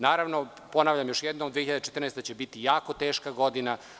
Naravno, ponavljam još jednom 2014. godina će biti jako teška godina.